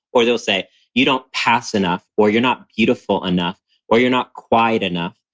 or they'll say you don't pass enough or you're not beautiful enough or you're not quiet enough.